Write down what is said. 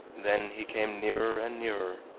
then he came nearer and nearer,